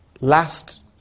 Last